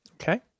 Okay